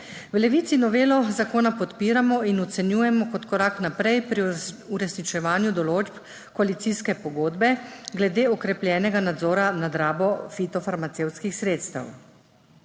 V Levici novelo zakona podpiramo in ocenjujemo kot korak naprej pri uresničevanju določb koalicijske pogodbe glede okrepljenega nadzora nad rabo fitofarmacevtskih sredstev.